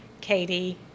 Katie